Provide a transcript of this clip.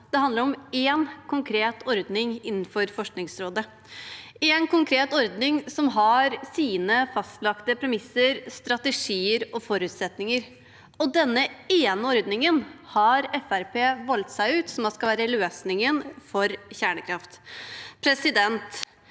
Det handler om en konkret ordning innenfor Forskningsrådet, en konkret ordning som har sine fastlagte premisser, strategier og forutsetninger. Og denne ene ordningen har Fremskrittspartiet valgt seg ut skal være løsningen for kjernekraft. FME er